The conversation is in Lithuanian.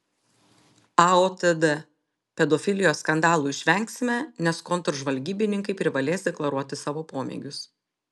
aotd pedofilijos skandalų išvengsime nes kontržvalgybininkai privalės deklaruoti savo pomėgius